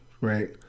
right